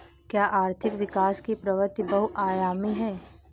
क्या आर्थिक विकास की प्रवृति बहुआयामी है?